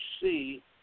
see